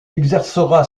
exercera